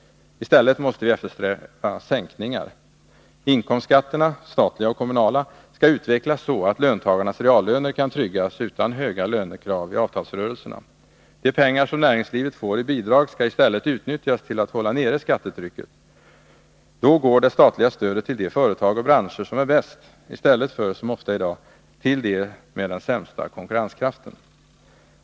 I stället måste vi eftersträva sänkningar. Inkomstskatterna — såväl statliga som kommunala — skall utvecklas så, att löntagarnas reallöner kan tryggas utan höga lönekrav i avtalsrörelserna. De pengar som näringslivet får i bidrag skall i stället utnyttjas till att hålla nere skattetrycket. Då går det statliga stödet till de företag och de branscher som är bäst i stället för — som ofta är fallet i dag — till de företag som har den sämsta konkurrenskraften.